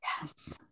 yes